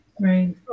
Right